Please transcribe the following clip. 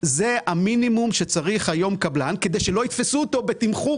זה המינימום שצריך היום קבלן כדי שלא יתפסו אותו בתמחור